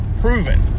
proven